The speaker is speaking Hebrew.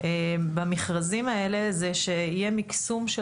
במכרזים האלה זה שיהיה מקסום של